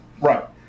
Right